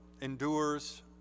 endures